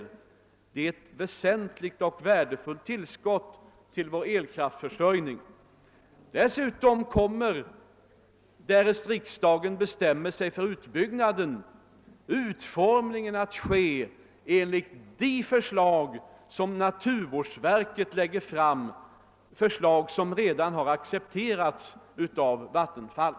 Det innebär ett väsentligt och värdefullt tillskott till vår elkraftförsörjning. Dessutom kommer, därest riksdagen bestämmer sig för utbyggnaden, utformningen att ske enligt de förslag som naturvårdsverket lägger fram, förslag som redan har accepterats av Vattenfall.